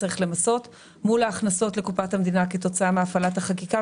מול ההכנסות לקופת המדינה כתוצאה מהפעלת החקיקה.